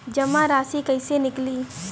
जमा राशि कइसे निकली?